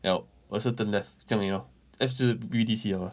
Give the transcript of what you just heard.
ya 我的是 turn left 这样而已 lor left 是 B_B_D_C liao lah